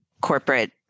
corporate